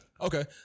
Okay